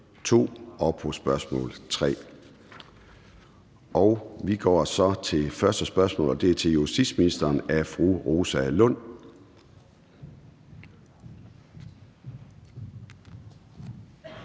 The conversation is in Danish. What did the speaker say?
3 (spm. nr. S 184). Vi går til første spørgsmål, og det er til justitsministeren af fru Rosa Lund.